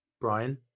Brian